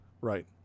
Right